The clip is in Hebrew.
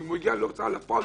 ואם הוא הגיע להוצאה לפועל,